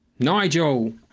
Nigel